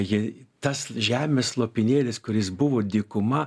ji tas žemės lopinėlis kuris buvo dykuma